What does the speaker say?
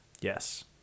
Yes